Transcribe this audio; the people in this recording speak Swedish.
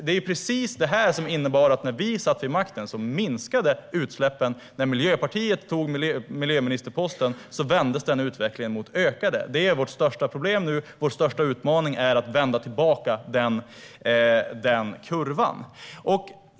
Det var just på grund av detta som utsläppen minskade när vi satt vid makten. När Miljöpartiet tog miljöministerposten vändes den utvecklingen mot ökade utsläpp. Detta är vårt största problem nu. Vår största utmaning är att vända tillbaka den kurvan.